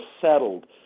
settled